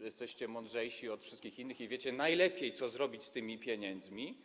jesteście mądrzejsi od wszystkich innych i wiecie najlepiej, co zrobić z tymi pieniędzmi.